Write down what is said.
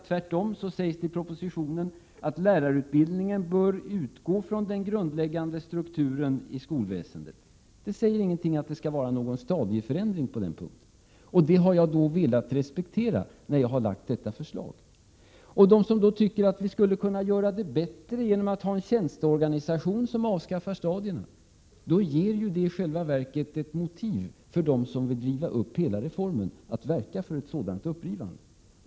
Tvärtom sägs i propositionen att lärarutbildningen bör utgå från den grundläggande strukturen i skolväsendet. Det sägs ingenting om en stadieförändring. Det har jag velat respektera när jag lagt fram detta förslag. De som anser att vi skulle kunna åstadkomma någonting bättre genom att ha en tjänsteorganisation som avskaffar stadierna ger faktiskt ett motiv för dem som vill riva upp hela reformen att verka härför.